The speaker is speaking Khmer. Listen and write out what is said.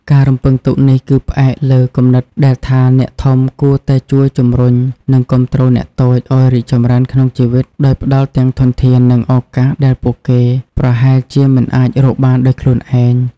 ការរំពឹងទុកនេះគឺផ្អែកលើគំនិតដែលថាអ្នកធំគួរតែជួយជំរុញ និងគាំទ្រអ្នកតូចឱ្យរីកចម្រើនក្នុងជីវិត ដោយផ្ដល់ទាំងធនធាន និងឱកាសដែលពួកគេប្រហែលជាមិនអាចរកបានដោយខ្លួនឯង។